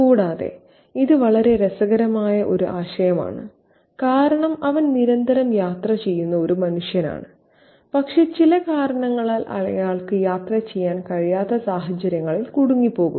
കൂടാതെ ഇത് വളരെ രസകരമായ ഒരു ആശയമാണ് കാരണം അവൻ നിരന്തരം യാത്ര ചെയ്യുന്ന ഒരു മനുഷ്യനാണ് പക്ഷേ ചില കാരണങ്ങളാൽ അയാൾക്ക് യാത്ര ചെയ്യാൻ കഴിയാത്ത സാഹചര്യങ്ങളിൽ കുടുങ്ങിപ്പോകുന്നു